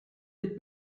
des